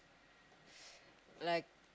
like